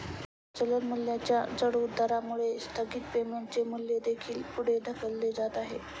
सध्या चलन मूल्याच्या चढउतारामुळे स्थगित पेमेंटचे मूल्य देखील पुढे ढकलले जात आहे